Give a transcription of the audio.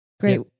Great